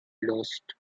lost